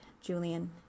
Julian